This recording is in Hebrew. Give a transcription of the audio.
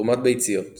תרומת ביציות